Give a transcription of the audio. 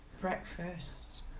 breakfast